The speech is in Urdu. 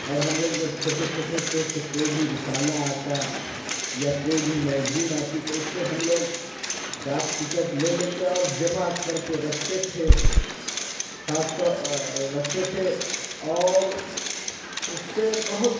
اور ہم لوگ جب چھوٹے چھوٹے تھے تو کوئی بھی رسالہ آتا یا کوئی بھی میگزین آتی تو اُس سے ہم لوگ ڈاک ٹکٹ لے لیتے اور جمع کر کے رکھتے تھے خاص طور رکھتے تھے اور اُس سے بہت